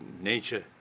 nature